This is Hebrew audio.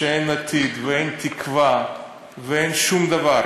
שאין עתיד ואין תקווה ואין שום דבר.